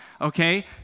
Okay